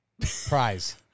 Prize